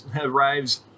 arrives